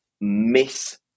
miss